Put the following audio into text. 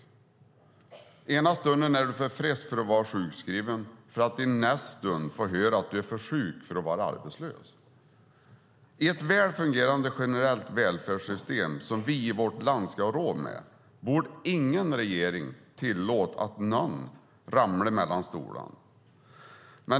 I ena stunden är du för frisk för att vara sjukskriven, för att i nästa stund få höra att du är för sjuk för att vara arbetslös. I ett väl fungerande generellt välfärdssystem, som vi i vårt land ska ha råd med, borde ingen regering tillåta att någon ramlar mellan stolarna.